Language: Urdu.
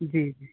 جی جی